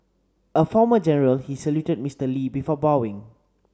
a former general he saluted Mister Lee before bowing